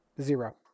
Zero